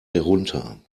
herunter